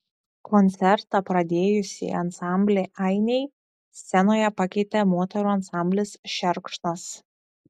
koncertą pradėjusį ansamblį ainiai scenoje pakeitė moterų ansamblis šerkšnas